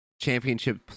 championship